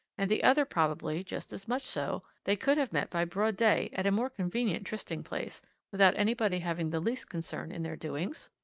and the other probably just as much so, they could have met by broad day at a more convenient trysting-place without anybody having the least concern in their doings?